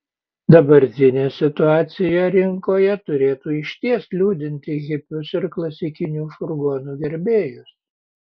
dabartinė situacija rinkoje turėtų išties liūdinti hipius ir klasikinių furgonų gerbėjus